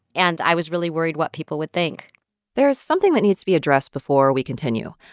and i was really worried what people would think there is something that needs to be addressed before we continue.